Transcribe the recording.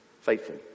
faithful